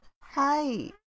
Hi